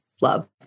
love